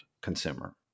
consumer